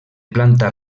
planta